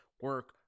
Work